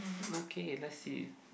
okay let's see